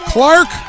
Clark